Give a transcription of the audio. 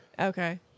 Okay